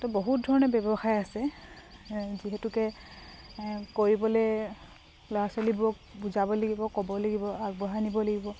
বহুত ধৰণৰ ব্যৱসায় আছে যিহেতুকে কৰিবলে ল'ৰা ছোৱালীবোৰক বুজাব লাগিব ক'ব লাগিব আগবঢ়াই নিব লাগিব